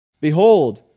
Behold